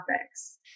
topics